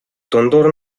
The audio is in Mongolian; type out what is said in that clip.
дундуур